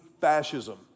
fascism